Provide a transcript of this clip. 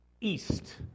east